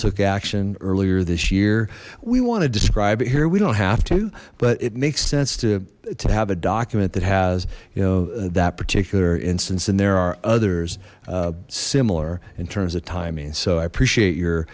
took action earlier this year we want to describe it here we don't have to but it makes sense to to have a document that has you know that particular instance and there are others similar in terms of timing i appreciate your